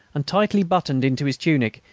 and tightly buttoned into his tunic,